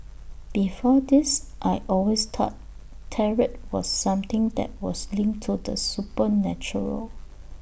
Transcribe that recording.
before this I always thought tarot was something that was linked to the supernatural